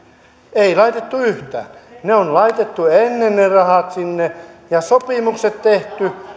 ei laitettu yhtään ne rahat on laitettu ennen sinne ja tehty